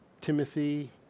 Timothy